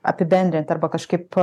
apibendrint arba kažkaip